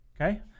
okay